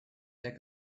der